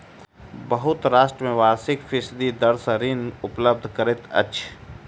बहुत राष्ट्र में वार्षिक फीसदी दर सॅ ऋण उपलब्ध करैत अछि